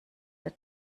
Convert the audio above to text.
der